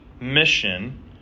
mission